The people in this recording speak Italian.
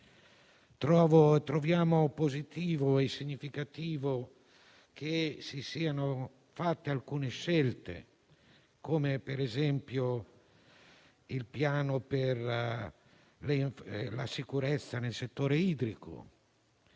Trovo positivo e significativo che si siano fatte alcune scelte. Penso - ad esempio - al piano per la sicurezza nel settore idrico,